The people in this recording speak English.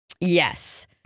Yes